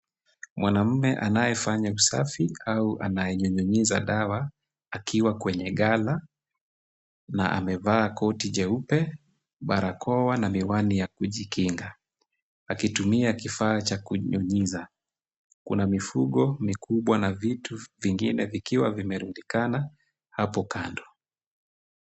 Mwanamume anayefanya usafi au anayenyunyiza dawa akiwa kwenye ghala na amevaa koti jeupe, barakoa na miwani ya kujikinga, akitumia kifaa cha kunyunyiza, kuna mifugo mikubwa na vitu vingine vikiwa vimerundikana hapo kando.